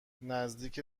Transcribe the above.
نزدیک